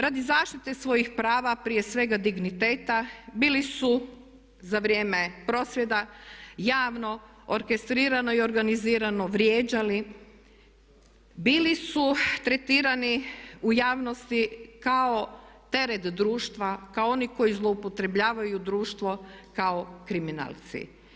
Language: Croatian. Radi zaštite svojih prava, prije svega digniteta bili su za vrijeme prosvjeda javno, orkestrirano i organizirano, vrijeđali, bili su tretirani u javnosti kao teret društva, kao oni koji zloupotrebljavaju društvo kao kriminalci.